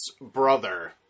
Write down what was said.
brother